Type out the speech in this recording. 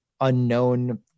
unknown